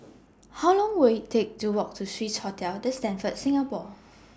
How Long Will IT Take to Walk to Swissotel The Stamford Singapore